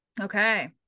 Okay